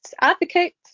advocates